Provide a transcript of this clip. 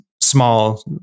small